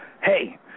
hey